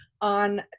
on